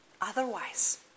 Otherwise